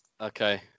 Okay